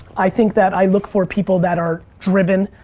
i think that i look for people that are driven,